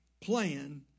plan